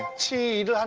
change?